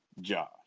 Josh